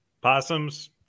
Possums